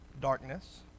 darkness